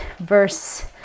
verse